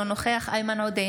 אינו נוכח איימן עודה,